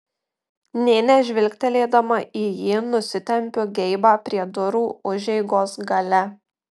nė nežvilgtelėdama į jį nusitempiu geibą prie durų užeigos gale